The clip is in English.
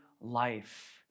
life